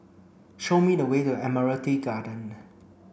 show me the way to Admiralty Garden